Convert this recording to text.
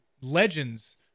legends